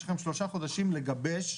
יש לכם שלושה חודשים לגבש,